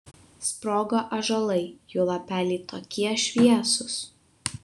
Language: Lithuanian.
sprogo ąžuolai jų lapeliai tokie šviesūs